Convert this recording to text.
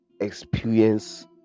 experience